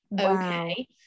okay